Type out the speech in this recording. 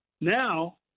Now